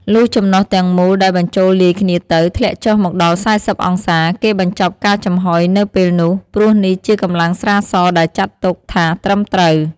លុះចំណុះទាំងមូលដែលបញ្ចូលលាយគ្នាទៅ ធ្លាក់ចុះមកដល់៤០អង្សា គេបញ្ចប់ការចំហុយនៅពេលនោះ ព្រោះនេះជាកម្លាំងស្រាសដែលចាត់ទុកថាត្រឹមត្រូវ។